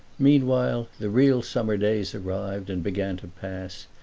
meanwhile the real summer days arrived and began to pass,